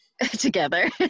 Together